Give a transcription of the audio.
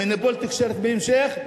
מונופול תקשורת בהמשך,